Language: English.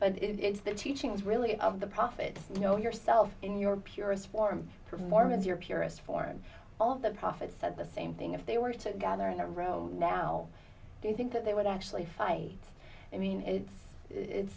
but it's the teachings really of the prophet you know yourself in your purest form performance your purest form all of the prophets said the same thing if they were so gather in a row now do you think that they would actually fight i mean it's it's